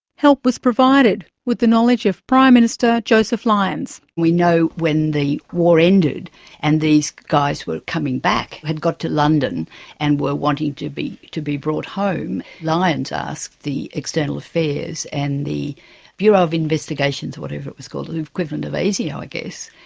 help was provided, with the knowledge of prime minister joseph lyons. we know when the war ended and these guys were coming back, had got to london and were wanting to be to be brought home, lyons asked the external affairs and the bureau of investigations or whatever it was called, the equivalent of asio i ah ah guess,